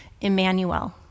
Emmanuel